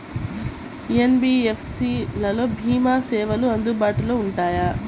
NBFC లలో భీమా సేవలు అందుబాటులో ఉంటాయా?